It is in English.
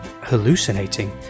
hallucinating